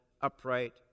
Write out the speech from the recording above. upright